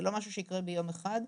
זה לא משהו שיקרה ביום אחד,